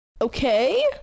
Okay